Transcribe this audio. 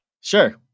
Sure